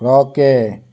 रोके